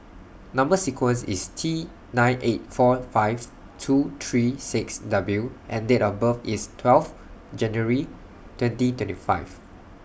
Number sequence IS T nine eight four five two three six W and Date of birth IS twelve January twenty twenty five